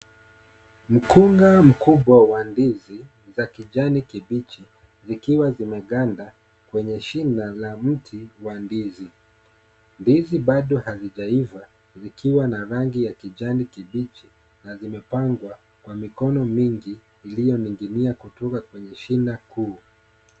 Mkunga mkubwa wa ndizi, za kijani kibichi zikiwa zimeganda kwenye shina la mti wa ndizi. Ndizi bado hazijaiva zikiwa na rangi ya kijani kibichi, na zimepangwa kwa mikono mingi, iliyoning'inia kutoka kwenye shina kuu.